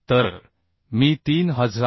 तर मी 3376